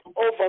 Over